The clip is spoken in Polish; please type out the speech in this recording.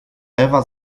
ewa